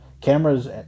cameras